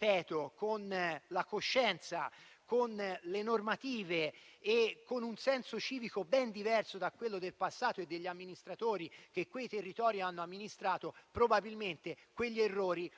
oggi, con la coscienza, con le normative e con un senso civico ben diverso da quello del passato e degli amministratori che quei territori hanno amministrato, quegli errori